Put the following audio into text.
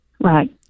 Right